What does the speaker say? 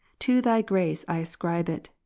to thy grace i ascribe it,